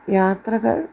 യാത്രകൾ